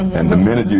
and the minute